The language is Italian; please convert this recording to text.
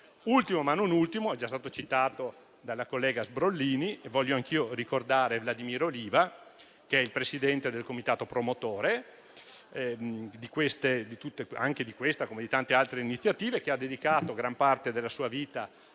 Ultimo ma non ultimo - è già stato citato dalla collega Sbrollini e voglio anch'io ricordarlo - Vladimiro Riva, presidente del comitato promotore anche di questa come di tante altre iniziative, che ha dedicato gran parte della sua vita alla promozione